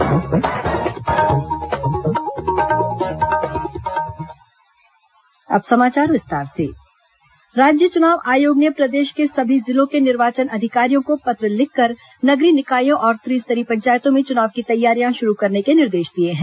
नगरीय निकाय चुनाव राज्य चुनाव आयोग ने प्रदेश के सभी जिलों के निर्वाचन अधिकारियों को पत्र लिखकर नगरीय निकायों और त्रिस्तरीय पंचायतों में चुनाव की तैयारियां शुरू करने के निर्देश दिए हैं